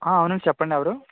అవునండి చెప్పండి ఎవరు